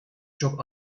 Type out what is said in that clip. çok